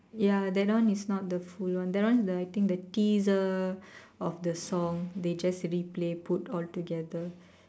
ya that one is not the full one that one is the I think the teaser of the song they just replay put all together